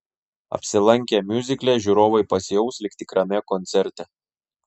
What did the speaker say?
apsilankę miuzikle žiūrovai pasijaus lyg tikrame koncerte